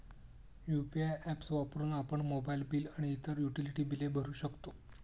UPI apps वापरून आपण mobile bill आणि इतर युटिलिटी बिले भरू शकतो